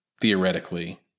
theoretically